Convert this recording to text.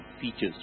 features